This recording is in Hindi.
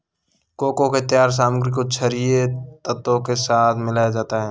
कोको के तैयार सामग्री को छरिये तत्व के साथ मिलाया जाता है